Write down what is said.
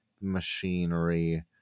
machinery